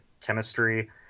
chemistry